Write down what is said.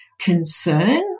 concern